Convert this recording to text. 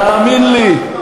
תאמין לי,